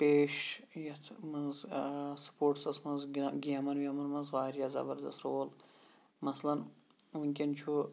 پیش یَتھ منٛز سٕپوٹسس منٛز گِندان گیمَن ویمَن منٛز واریاہ زَبردست رول مَثلاً وُنکیٚن چھُ